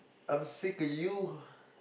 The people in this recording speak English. I'm sick of you